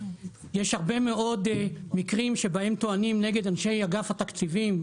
יש הרבה מאוד מקרים שבהם טוענים נגד אנשי אגף התקציבים,